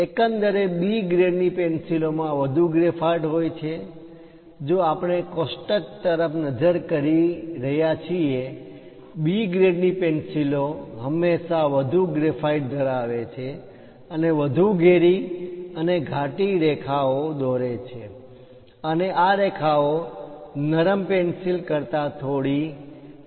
એકંદરે B ગ્રેડની પેન્સિલો માં વધુ ગ્રેફાઇટ હોય છે જો આપણે કોષ્ટક તરફ નજર કરી રહ્યા છીએ B ગ્રેડની પેન્સિલો હંમેશાં વધુ ગ્રેફાઇટ ધરાવે છે અને વધુ ઘેરી અને ઘાટી રેખા ઓ લીટી દોરે છે અને આ રેખાઓ નરમ પેન્સિલ કરતા થોડી સ્મડગિયર છે